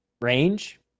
range